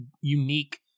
unique